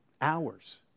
hours